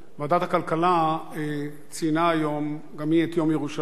ועדת הכלכלה ציינה היום גם היא את יום ירושלים.